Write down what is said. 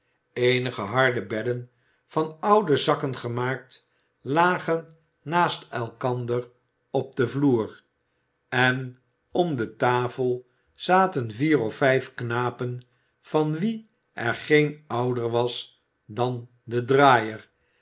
eenige harde bedden van oude zakken gemaakt lagen naast elkander op den vloer en om de tafel zaten vier of vijf knapen van wie er geen ouder was dan de draaier